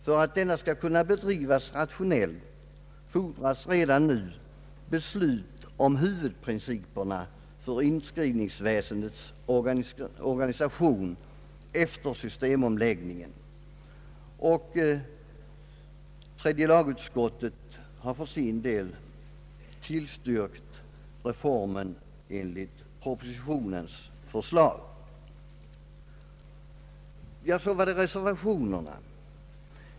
För att denna skall kunna bedrivas rationellt fordras redan nu beslut om huvudprinciperna för inskrivningsväsendets organisation efter systemomläggningen. Tredje lagutskottet tillstyrker för sin del reformen enligt propositionens förslag. Så var det reservationerna.